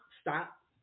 Stop